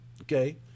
Okay